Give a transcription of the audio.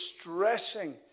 stressing